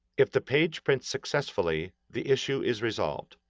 if the page prints successfully, the issue is resolved.